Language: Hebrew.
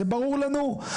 זה ברור לנו?